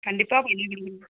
கண்டிப்பாக பண்ணிக் கொடுக்குறோம்